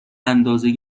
اندازه